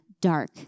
dark